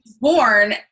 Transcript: born